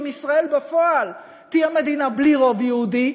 אם ישראל בפועל תהיה מדינה בלי רוב יהודי,